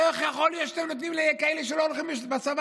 איך יכול להיות שאתם נותנים לכאלה שלא הולכים לצבא?